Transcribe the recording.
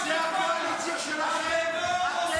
זו הקואליציה שלכם.